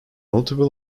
multiple